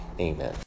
Amen